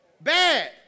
bad